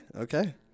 okay